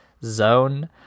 zone